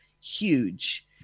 huge